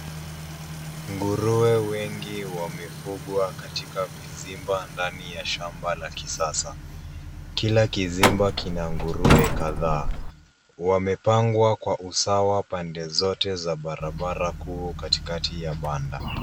Nguruwe wengi wamefugwa katika vizimba ndani ya shamba la kisasa. Kila kizimba kina nguruwe kadhaa. Wamepangwa kwa usawa pande zote za barabara kuu katikati ya banda.